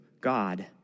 God